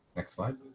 next slide.